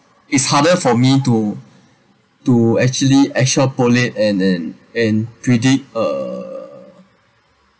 it's harder for me to to actually extrapolate and and and predict uh